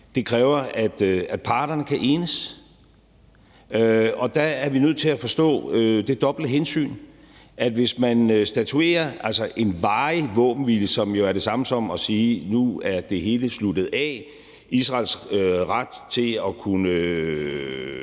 Det kræver, at parterne kan enes. Og der er vi nødt til at forstå, at det er et dobbelt hensyn. Hvis man statuerer en varig våbenhvile, er det jo det samme som at sige: Nu er det hele sluttet af, altså Israels ret til at kunne